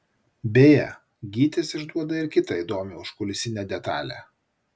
beje gytis išduoda ir kitą įdomią užkulisinę detalę